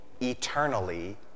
eternally